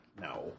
No